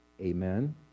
Amen